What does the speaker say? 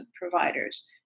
providers